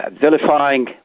vilifying